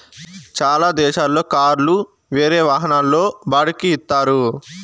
చాలా దేశాల్లో కార్లు వేరే వాహనాల్లో బాడిక్కి ఇత్తారు